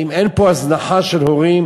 האם אין פה הזנחה של הורים?